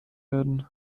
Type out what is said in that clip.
werden